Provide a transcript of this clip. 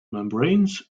membranes